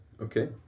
Okay